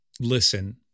listen